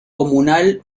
comunal